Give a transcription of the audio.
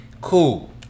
Cool